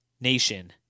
nation